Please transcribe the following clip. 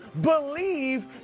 believe